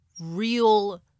real